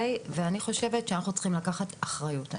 ואני חושבת שאנחנו צריכים לקחת אחריות.